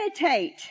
meditate